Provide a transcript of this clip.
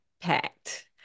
packed